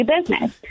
business